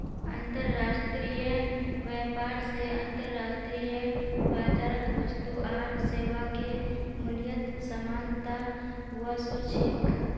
अंतर्राष्ट्रीय व्यापार स अंतर्राष्ट्रीय बाजारत वस्तु आर सेवाके मूल्यत समानता व स छेक